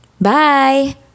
Bye